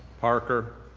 parker,